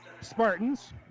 Spartans